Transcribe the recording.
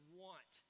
want